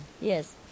yes